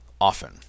often